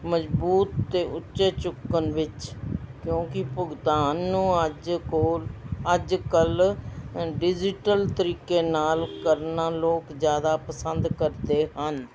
ਮਜ਼ਬੂਤ ਅਤੇ ਉੱਚੇ ਚੁੱਕਣ ਵਿੱਚ ਕਿਉਂਕਿ ਭੁਗਤਾਨ ਨੂੰ ਅੱਜ ਕੋਲ ਅੱਜ ਕੱਲ੍ਹ ਡਿਜੀਟਲ ਤਰੀਕੇ ਨਾਲ ਕਰਨਾ ਲੋਕ ਜ਼ਿਆਦਾ ਪਸੰਦ ਕਰਦੇ ਹਨ